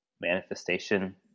manifestation